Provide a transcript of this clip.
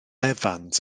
evans